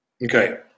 okay